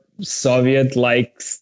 Soviet-like